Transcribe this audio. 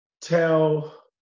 tell